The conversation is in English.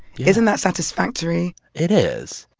isn't that satisfactory? it is